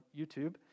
YouTube